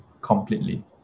completely